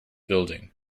building